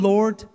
Lord